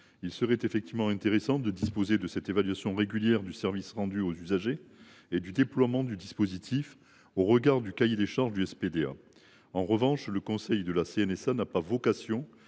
Il serait en effet intéressant de disposer de cette évaluation régulière du service rendu aux usagers et du déploiement du dispositif au regard du cahier des charges du SPDA. En revanche, le conseil de la CNSA n’a pas vocation